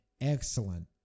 excellent